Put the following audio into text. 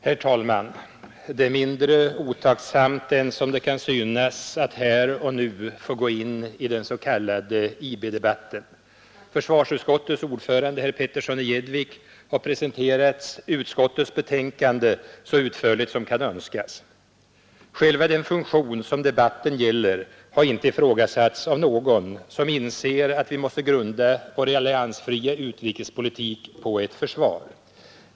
Herr talman! Det är mindre otacksamt än det kan synas att här och nu få gå in i den s.k. IB-debatten. Försvarsutskottets ordförande, herr Petersson i Gäddvik, har presenterat utskottets betänkande så utförligt som kan önskas. Själva den funktion som debatten gäller har inte ifrågasatts av någon som inser att vi måste grunda vår alliansfria utrikespolitik på ett försvar.